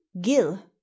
gill